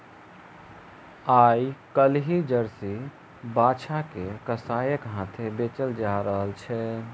आइ काल्हि जर्सी बाछा के कसाइक हाथेँ बेचल जा रहल छै